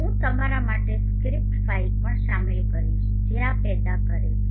હું તમારા માટે સ્ક્રિપ્ટ ફાઇલ પણ શામેલ કરીશ જે આ પેદા કરે છે